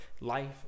life